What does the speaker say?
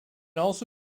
also